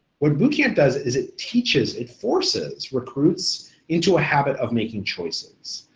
what boot camp does is it teaches, it forces recruits into a habit of making choices,